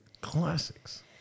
classics